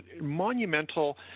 monumental